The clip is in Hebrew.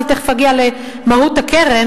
אני תיכף אגיע למהות הקרן,